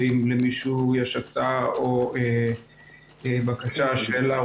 ואם למישהו יש הצעה או בקשה או שאלה של